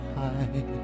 high